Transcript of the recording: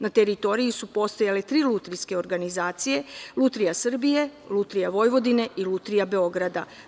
Na teritoriji su postojale tri lutrijske organizacije, „Lutrija Srbije“, „Lutrija Vojvodine“ i „Lutrija Beograda“